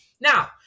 Now